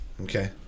Okay